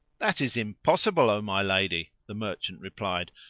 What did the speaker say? that is impossible, o my lady, the merchant replied,